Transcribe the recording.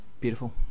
beautiful